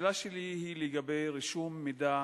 השאלה שלי היא לגבי רישום מידע